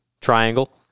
Triangle